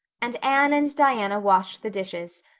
and anne and diana washed the dishes,